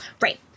Right